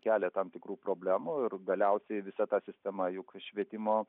kelia tam tikrų problemų ir galiausiai visa ta sistema juk švietimo